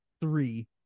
Three